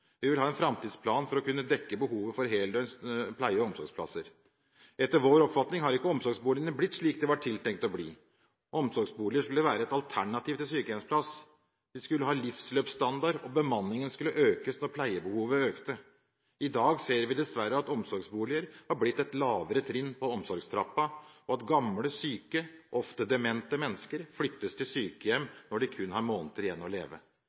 Vi vil ha en framdriftsplan for å kunne dekke behovet for heldøgns pleie- og omsorgsplasser. Etter vår oppfatning har ikke omsorgsboligene blitt slik de var tiltenkt å bli. Omsorgsboliger skulle være et alternativ til sykehjemsplass. De skulle ha livsløpsstandard, og bemanningen skulle økes når pleiebehovet økte. I dag ser vi dessverre at omsorgsboliger har blitt et lavere trinn på omsorgstrappa, og at gamle syke og ofte demente mennesker flyttes til sykehjem når de kun har måneder igjen å leve.